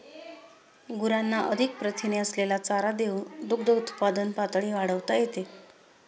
गुरांना अधिक प्रथिने असलेला चारा देऊन दुग्धउत्पादन पातळी वाढवता येते